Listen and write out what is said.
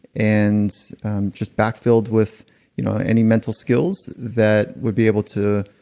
and just backfilled with you know any mental skills that would be able to,